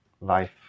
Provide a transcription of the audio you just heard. life